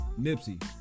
Nipsey